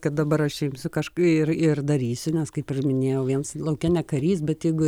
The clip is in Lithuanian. kad dabar aš imsiu kažk ir ir darysiu nes kaip ir minėjau viens lauke ne karys bet jeigu